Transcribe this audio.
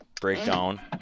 breakdown